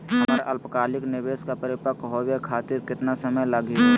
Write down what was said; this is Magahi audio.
हमर अल्पकालिक निवेस क परिपक्व होवे खातिर केतना समय लगही हो?